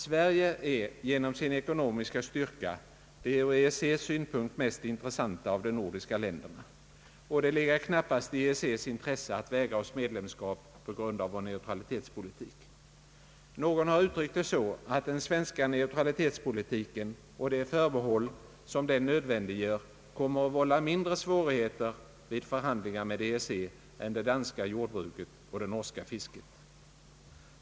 Sverige är genom sin ekonomiska styrka det ur EEC:s synpunkt mest intressanta av de nordiska länderna, och det ligger knappast i EEC:s intresse att vägra oss medlemskap på grund av vår neutralitetspolitik. Någon har uttryckt det så, att den svenska neutralitetspolitiken och de förbehåll som den nödvändiggör kommer att vålla mindre svårigheter vid förhandlingar med EEC än det danska jordbruket och det norska fisket.